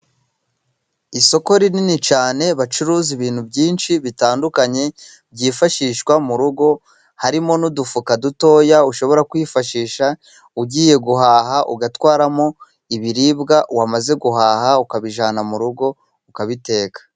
Isoko rinini cyane bacuruza ibintu byinshi bitandukanye byifashishwa mu rugo harimo n'udufuka dutoya ushobora kwifashisha ugiye guhaha ugatwaramo ibiribwa wamaze guhaha ukabijyana mu rugo ukabiteka.